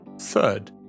Third